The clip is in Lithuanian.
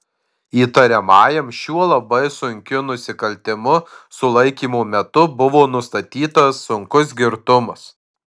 įtariamajam šiuo labai sunkiu nusikaltimu sulaikymo metu buvo nustatytas sunkus girtumas